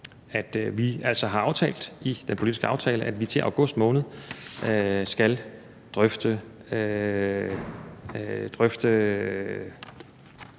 at vi har aftalt i den politiske aftale, at vi til august måned skal drøfte,